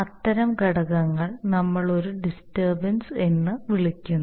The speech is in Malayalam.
അത്തരം ഘടകങ്ങൾ നമ്മൾ ഒരു ഡിസ്റ്റർബൻസ് എന്ന് വിളിക്കുന്നു